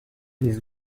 les